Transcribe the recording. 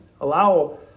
allow